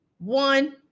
one